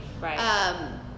Right